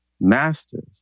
masters